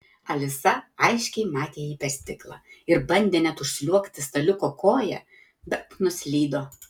alisa aiškiai matė jį per stiklą ir bandė net užsliuogti staliuko koja bet nuslydo